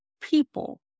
people